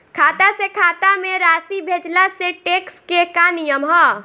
खाता से खाता में राशि भेजला से टेक्स के का नियम ह?